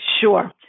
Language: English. Sure